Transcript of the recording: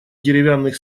деревянных